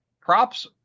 Props